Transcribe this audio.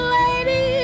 lady